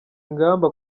ingamba